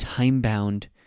time-bound